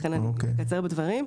ולכן אני אקצר בדברים.